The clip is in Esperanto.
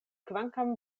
kvankam